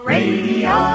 Radio